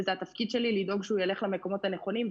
וזה התפקיד שלי לדאוג שהוא ילך למקומות הנכונים,